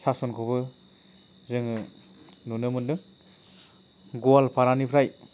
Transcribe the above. सासनखौबो जोङो नुनो मोनदों गवालपारानिफ्राय